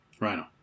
Rhino